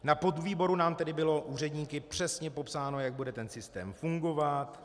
Na podvýboru nám bylo úředníky přesně popsáno, jak bude systém fungovat.